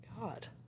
God